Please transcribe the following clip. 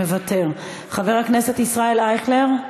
מוותר, חבר הכנסת ישראל אייכלר,